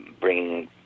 bringing